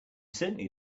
certainly